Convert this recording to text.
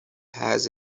has